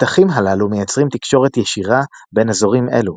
הפתחים הללו מייצרים תקשורת ישירה בין אזורים אלו,